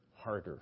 harder